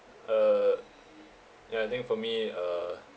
uh yeah I think for me uh